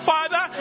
Father